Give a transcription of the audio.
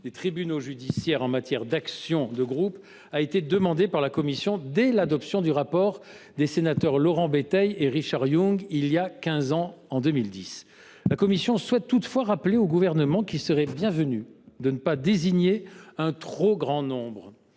des tribunaux judiciaires en matière d’action de groupe a été demandée par la commission dès l’adoption du rapport des sénateurs Laurent Béteille et Richard Yung il y a quinze ans, en 2010. Nous souhaitons toutefois rappeler au Gouvernement qu’il serait bienvenu de ne pas désigner un trop grand nombre